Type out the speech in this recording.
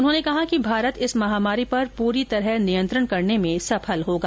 उन्होंने कहा कि भारत इस महामारी पर पूरी तरह नियंत्रण करने में सफल होगा